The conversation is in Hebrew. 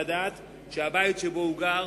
שהבית שהוא גר